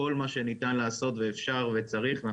כל מה שניתן לעשות ואפשר וצריך,